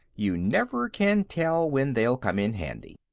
you never can tell when they'll come in handy.